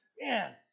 man